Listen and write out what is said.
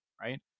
right